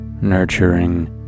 nurturing